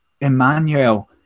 Emmanuel